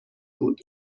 بود